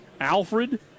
Alfred